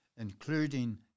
including